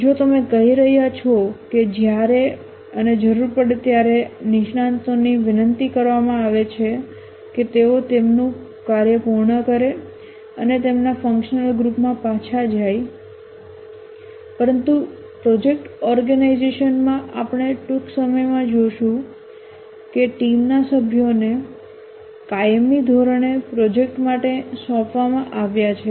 જેમ તમે કહી રહ્યા છો કે જ્યારે અને જરૂર પડે ત્યારે નિષ્ણાતોને વિનંતી કરવામાં આવે છે કે તેઓ તેમનું કાર્ય પૂર્ણ કરે અને તેમના ફંક્શનલ ગ્રુપમાં પાછા જાય પરંતુ પ્રોજેક્ટ ઓર્ગેનાઈઝેશન માં આપણે ટૂંક સમયમાં જોશું કે ટીમના સભ્યોને કાયમી ધોરણે પ્રોજેક્ટ માટે સોંપવામાં આવ્યા છે